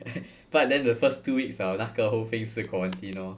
but then the first two weeks liao 那个 whole thing 是 quarantine lor